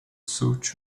suit